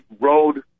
road